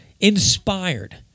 inspired